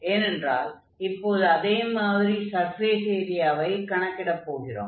ஏனென்றால் இப்போது அதே மாதிரி சர்ஃபேஸ் ஏரியாவை கணக்கிட போகிறோம்